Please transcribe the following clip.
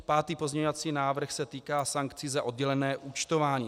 Pátý pozměňovací návrh se týká sankcí za oddělené účtování.